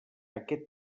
aquest